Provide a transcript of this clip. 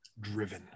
driven